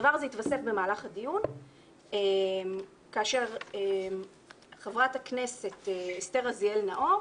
הדבר הזה התווסף במהלך הדיון כאשר חברת הכנסת אסתר רזיאל נאור